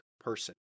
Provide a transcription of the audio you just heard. person